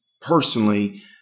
personally